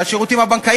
ו"נובל אנרג'י"